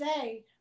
say